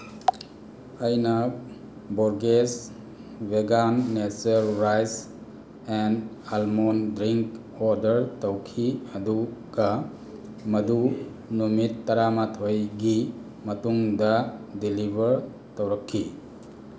ꯑꯩꯅ burgers vegan nature rice and almond drink order ꯇꯧꯈꯤ ꯑꯗꯨꯒ ꯃꯗꯨ ꯅꯨꯃꯤꯠ ꯇꯔꯥꯃꯥꯊꯣꯏꯒꯤ ꯃꯇꯨꯡꯗ ꯗꯦꯂꯤꯚꯔ ꯇꯧꯔꯛꯈꯤ